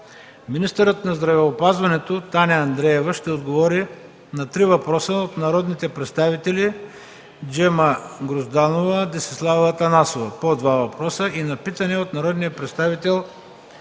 министърът на здравеопазването Таня Андреева ще отговори на три въпроса от народните представители Джема Грозданова, Десислава Атанасова – два въпроса, и на питане от народния представител